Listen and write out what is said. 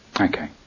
Okay